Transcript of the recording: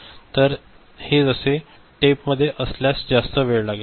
तर हे जसे टेपमध्ये असल्यास जास्त वेळ लागेल